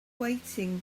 waiting